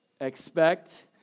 Expect